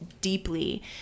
deeply